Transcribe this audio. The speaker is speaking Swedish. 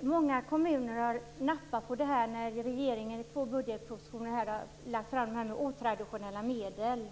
Många kommuner har nappat på det när regeringen nu i två budgetpropositioner har talat om otraditionella medel.